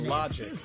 logic